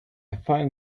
find